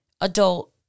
adult